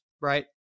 right